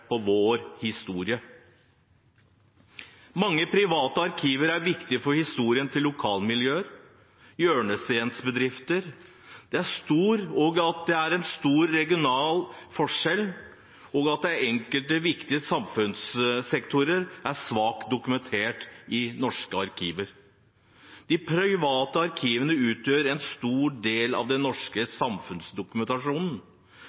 på vår historie. Mange private arkiver er viktige for historien til lokalmiljøer og hjørnesteinsbedrifter. Det er store regionale forskjeller, og enkelte viktige samfunnssektorer er svakt dokumentert i norske arkiver. De private arkivene utgjør en stor del av den